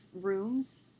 rooms